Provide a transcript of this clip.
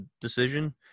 decision